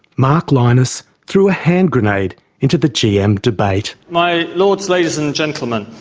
mark lynas threw a hand grenade into the gm debate. my lords, ladies and gentlemen,